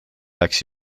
läks